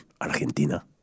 Argentina